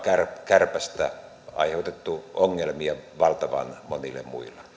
kärpästä aiheutettu ongelmia valtavan monille muille